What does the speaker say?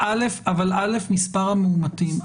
מספר המאומתים,